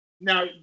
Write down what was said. now